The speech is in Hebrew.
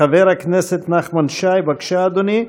חבר הכנסת נחמן שי, בבקשה אדוני.